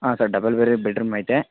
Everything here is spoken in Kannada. ಹಾಂ ಸರ್ ಡಬಲ್ ಬೇರೆ ಬೆಡ್ರೂಮ್ ಐತೆ